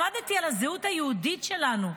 למדתי על הזהות היהודית שלנו.